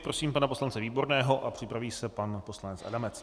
Prosím pana poslance Výborného a připraví se pan poslanec Adamec.